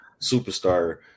superstar